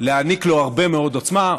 ולהעניק לו הרבה מאוד עוצמה,